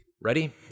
Ready